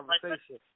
conversation